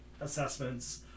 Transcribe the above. assessments